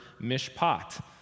mishpat